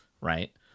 right